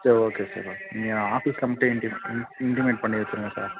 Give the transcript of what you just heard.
சரி okay sir okay நீங்கள் ஆஃபீஸில் மட்டும் இண்டி இண் இண்டிமேட் பண்ணி வச்சுருங்க சார்